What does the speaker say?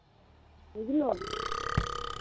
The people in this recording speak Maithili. बुझलो